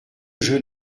jeu